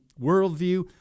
worldview